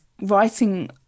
writing